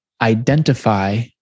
identify